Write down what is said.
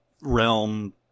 realm